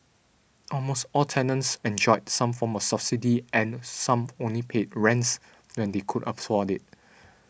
almost all tenants enjoyed some form of subsidy and some only paid rents when they could afford it